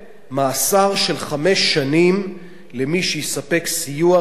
מאסר של חמש שנים למי שיספק סיוע רפואי,